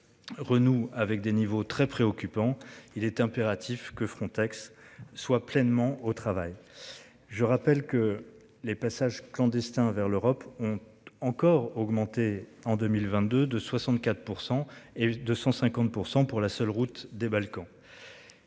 Renoue avec des niveaux très préoccupant. Il est impératif que Frontex soit pleinement au travail. Je rappelle que les passages clandestins vers l'Europe ont encore augmenté en 2022 de 64% et 250% pour la seule route des Balkans.